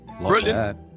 Brilliant